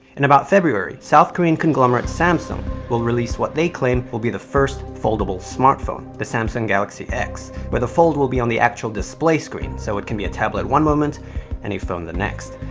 in about february, south korean conglomerate samsung will release what they claim will be the first foldable smartphone, the samsung galaxy x, where the fold will be on the actual display screen, so it can be a tablet one moment and a phone the next.